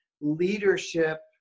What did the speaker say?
leadership